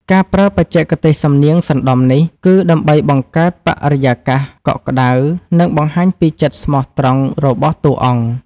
ការប្រើបច្ចេកទេសសំនៀងសណ្តំនេះ គឺដើម្បីបង្កើតបរិយាកាសកក់ក្តៅ និងបង្ហាញពីចិត្តស្មោះត្រង់របស់តួអង្គ។